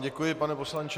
Děkuji, pane poslanče.